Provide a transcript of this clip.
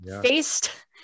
faced